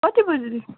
कति बजेदेखि